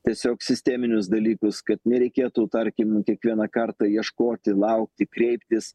tiesiog sisteminius dalykus kad nereikėtų tarkim kiekvieną kartą ieškoti laukti kreiptis